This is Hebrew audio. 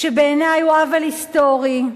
שבעיני הוא עוול היסטורי,